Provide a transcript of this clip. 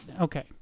Okay